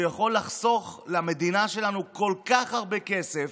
שיכול לחסוך למדינה שלנו כל כך הרבה כסף,